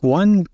one